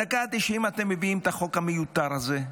בדקה ה-90 אתם מביאים את החוק המיותר הזה.